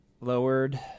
lowered